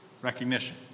Recognition